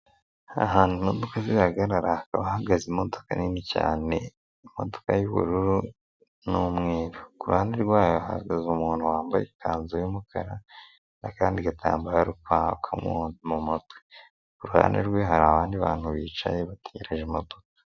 Ahantu imodoka zihagarara hakaba hahagaze imodoka nini cyane imodoka y'ubururu n'umweru kuruhande rwayo hahagaze umuntu wambaye ikanzu y'umukara n'akandi gatambaro mu mutwe kuruhande rwe hari abandi bantu bicaye bategereje imodoka.